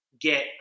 get